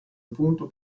punto